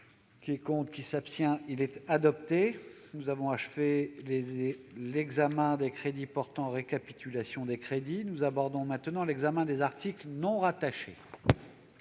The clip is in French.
aux voix l'article 47, modifié. Nous avons achevé l'examen des crédits portant récapitulation des crédits. Nous abordons maintenant l'examen des articles non rattachés.